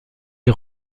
est